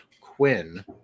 Quinn